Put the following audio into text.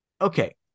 okay